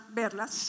verlas